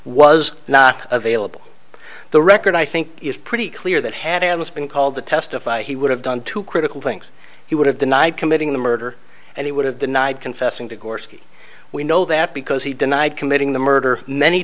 was not available for the record i think it's pretty clear that had anna's been called to testify he would have done two critical things he would have denied committing the murder and he would have denied confessing to gorski we know that because he denied committing the murder many